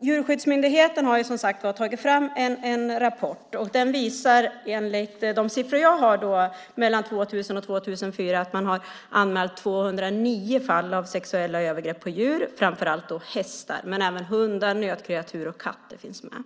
Djurskyddsmyndigheten har tagit fram en rapport. Den visar enligt de siffror jag har att man 2000-2004 anmält 209 fall av sexuella övergrepp på djur, framför allt hästar, men även hundar, nötkreatur och katter finns med.